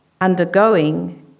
Undergoing